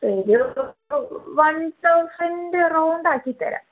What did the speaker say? ഒരു one thousand റൗണ്ടാക്കി തരാം